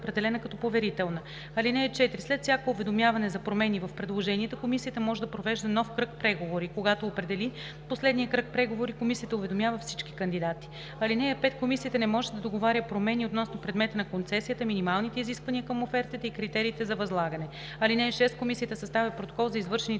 определена като поверителна. (4) След всяко уведомяване за промени в предложенията комисията може да провежда нов кръг преговори. Когато определи последния кръг преговори, комисията уведомява всички кандидати. (5) Комисията не може да договаря промени относно предмета на концесията, минималните изисквания към офертата, и критериите за възлагане. (6) Комисията съставя протокол за извършените